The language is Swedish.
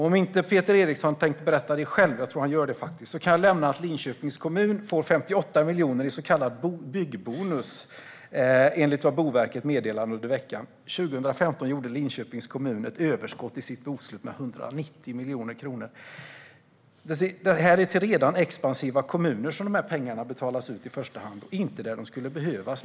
Om Peter Eriksson inte tänker berätta det själv - jag tror faktiskt att han gör det - kan jag nämna att Linköpings kommun får 58 miljoner i så kallad byggbonus, enligt vad Boverket meddelade under veckan. År 2015 hade Linköpings kommun ett överskott i sitt bokslut på 190 miljoner. Det är i första hand till redan expansiva kommuner dessa pengar betalas ut och inte dit där de skulle behövas.